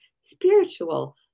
spiritual